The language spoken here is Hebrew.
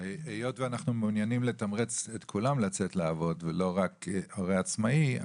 היות ואנחנו מעוניינים לתמרץ את כולם לצאת לעבוד ולא רק הורה עצמאי,